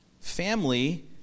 family